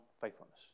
faithfulness